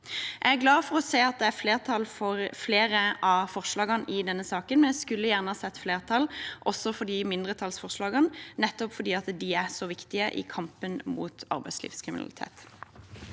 Jeg er glad for å se at det er flertall for flere av forslagene i denne saken, men jeg skulle gjerne ha sett flertall også for mindretallsforslagene, nettopp fordi de er så viktige i kampen mot arbeidslivskriminalitet.